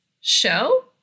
show